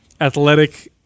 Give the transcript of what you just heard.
athletic